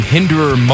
Hinderer